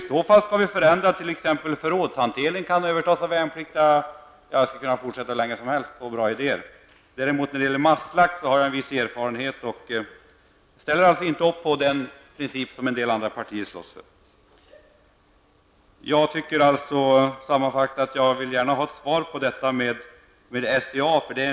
Däremot kan exempelvis förrådshanteringen övertas av värnpliktiga. Det finns också många andra idéer om rationaliseringar. Jag ställer alltså inte upp på principen om mass-slakt av regementen som många andra partier slåss för. Jag vill gärna få ett svar på min fråga rörande SCA.